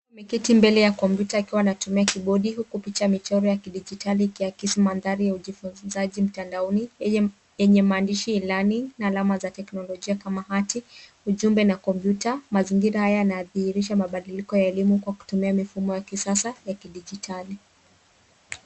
Ameketi mbele ya kompyuta akiwa anatumia kibodi huku picha michoro ya kidijitali kiakisi mandhari ya ujifunzaji mtandaoni yenye maandishi Elearning na alama za teknolojia kama hati, ujumbe na kompyuta. Mazingira haya nadhihirisha mabadiliko ya elimu kwa kutumia mifumo ya kisasa ya kidijitali.